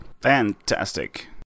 Fantastic